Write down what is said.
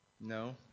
No